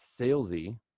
salesy